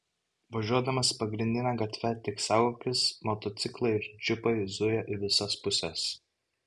važiuodamas pagrindine gatve tik saugokis motociklai ir džipai zuja į visas puses